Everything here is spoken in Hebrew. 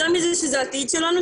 יותר מזה זה העתיד שלנו,